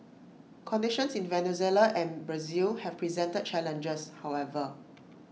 conditions in Venezuela and Brazil have presented challenges however